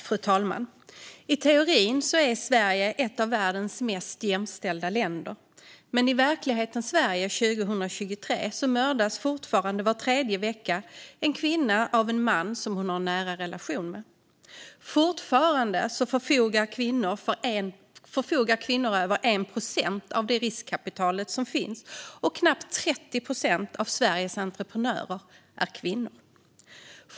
Fru talman! I teorin är Sverige ett av världens mest jämställda länder, men i verklighetens Sverige 2023 mördas fortfarande en kvinna var tredje vecka av en man som hon har en nära relation med. Fortfarande förfogar kvinnor över 1 procent av det riskkapital som finns, och knappt 30 procent av Sveriges entreprenörer är kvinnor.